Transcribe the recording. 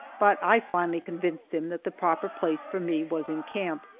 but i finally convinced him that the proper place for me was in camp,